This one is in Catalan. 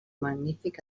magnífic